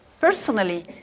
personally